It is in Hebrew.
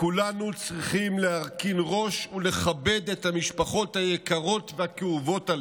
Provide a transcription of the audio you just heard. כולנו צריכים להרכין ראש ולכבד את המשפחות היקרות והכאובות האלה.